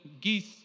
Geese